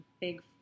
big